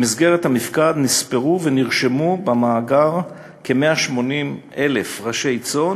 במסגרת המפקד נספרו ונרשמו במאגר כ-180,000 ראשי צאן,